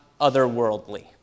otherworldly